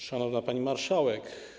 Szanowna Pani Marszałek!